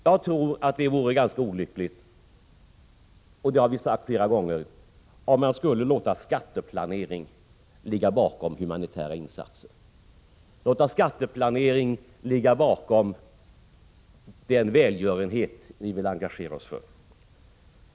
Jag tror att det vore ganska olyckligt — och det har vi sagt flera gånger — om man skulle låta skatteplanering ligga bakom humanitära insatser, låta skatteplanering ligga bakom den välgörenhet som vi vill engagera oss för.